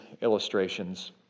illustrations